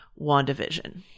WandaVision